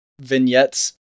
vignettes